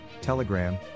Telegram